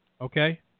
okay